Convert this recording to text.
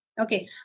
Okay